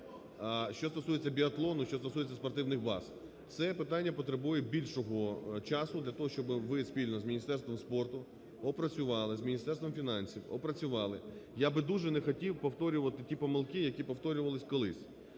що стосується спортивних баз – це питання потребує більшого часу для того, щоби ви спільно з Міністерством спорту опрацювали, з Міністерством фінансів опрацювали. Я би дуже не хотів повторювати ті помилки, які повторювались колись,